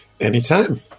Anytime